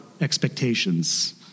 expectations